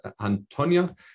Antonia